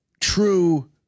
true